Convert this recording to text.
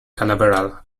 canaveral